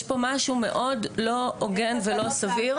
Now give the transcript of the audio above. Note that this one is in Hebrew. יש פה משהו מאוד לא הוגן ולא סביר.